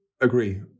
agree